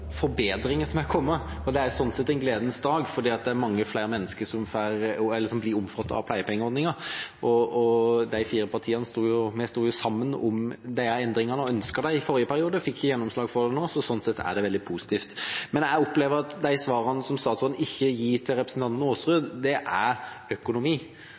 mange mennesker som blir omfattet av pleiepengeordningen. Og de fire partiene sto sammen om og ønsket disse endringene i forrige periode, men fikk ikke gjennomslag for dem da. Så slik sett er det veldig positivt. Men jeg opplever at de svarene som statsråden ikke gir til representanten Aasrud, gjelder økonomi.